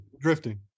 drifting